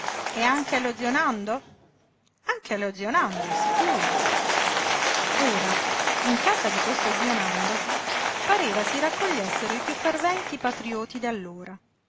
e anche allo zio nando anche allo zio nando sicuro ora in casa di questo zio nando pareva si raccogliessero i piú ferventi patrioti d'allora